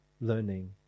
learning